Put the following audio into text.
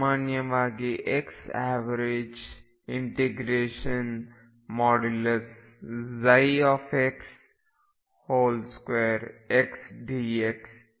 ಸಾಮಾನ್ಯವಾಗಿ x average ∫ψ2xdx ಇದಕ್ಕೆ ಸಮನಾಗಿರುತ್ತದೆ